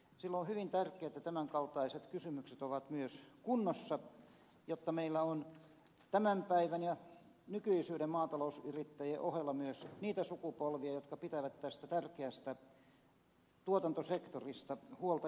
silloin on hyvin tärkeää että tämän kaltaiset kysymykset ovat myös kunnossa jotta meillä on tämän päivän ja nykyisyyden maatalousyrittäjien ohella myös niitä sukupolvia jotka pitävät tästä tärkeästä tuotantosektorista huolta jatkossakin